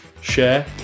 share